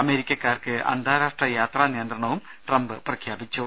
അമേരിക്കക്കാർക്ക് അന്താരാഷ്ട്ര യാത്രാനിയന്ത്രണവും ട്രംപ് പ്രഖ്യാപിച്ചു